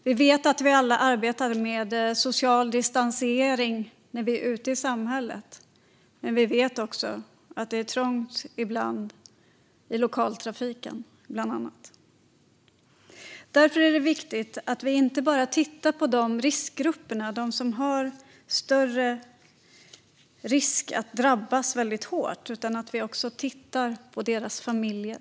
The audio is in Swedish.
Vi vet att vi alla arbetar med social distansering när vi är ute i samhället, men vi vet också att det ibland är trångt bland annat i lokaltrafiken. Därför är det viktigt att vi inte tittar enbart på riskgrupperna, alltså de som riskerar att drabbas hårt, utan även på deras familjer.